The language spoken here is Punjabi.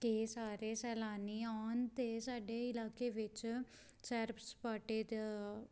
ਕਿ ਸਾਰੇ ਸੈਲਾਨੀ ਆਉਣ 'ਤੇ ਸਾਡੇ ਇਲਾਕੇ ਵਿੱਚ ਸੈਰ ਸਪਾਟੇ ਦਾ